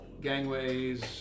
gangways